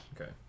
Okay